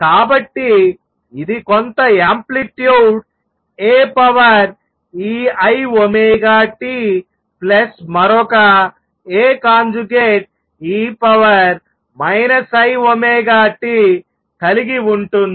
కాబట్టి ఇది కొంత యాంప్లిట్యూడ్ Aeiωt మరొక Ae iωtకలిగి ఉంటుంది